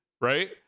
right